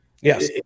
Yes